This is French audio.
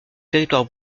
territoire